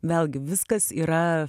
vėlgi viskas yra